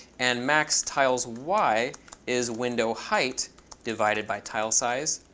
and max tiles y is window height divided by tile size.